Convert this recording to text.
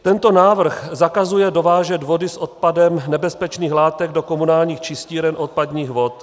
Tento návrh zakazuje dovážet vody s odpadem nebezpečných látek do komunálních čistíren odpadních vod.